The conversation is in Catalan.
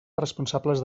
responsables